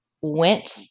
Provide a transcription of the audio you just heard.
went